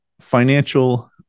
financial